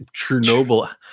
chernobyl